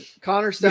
Connor